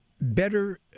better